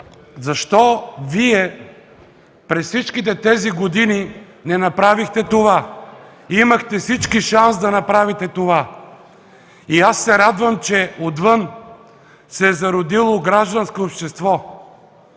„Защо Вие през всичките тези години не направихте това? Имахте всички шансове да направите това”. Радвам се, че отвън се е зародило гражданско общество.